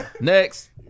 Next